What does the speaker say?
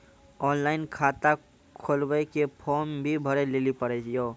Online खाता खोलवे मे फोर्म भी भरे लेली पड़त यो?